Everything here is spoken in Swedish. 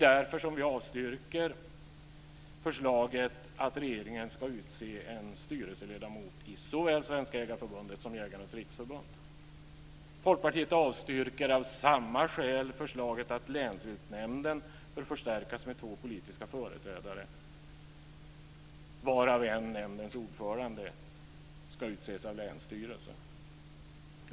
Därför avstyrker vi förslaget att regeringen ska utse en styrelseledamot i såväl Svenska Jägareförbundet som Jägarnas Riksförbund. Folkpartiet avstyrker av samma skäl förslaget att Länsviltnämnden bör förstärkas med två politiska företrädare, varav en nämndens ordförande som ska utses av länsstyrelsen.